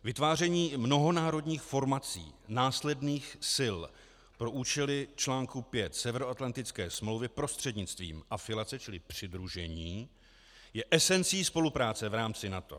Vytváření mnohonárodních formací následných sil pro účely článku 5 Severoatlantické smlouvy prostřednictvím afilace, čili přidružení, je esencí spolupráce v rámci NATO.